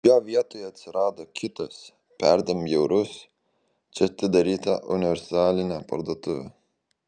jo vietoje atsirado kitas perdėm bjaurus čia atidaryta universalinė parduotuvė